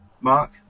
Mark